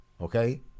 Okay